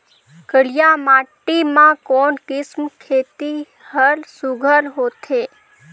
करिया माटी मा कोन किसम खेती हर सुघ्घर होथे?